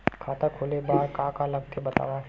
खाता खोले बार का का लगथे बतावव?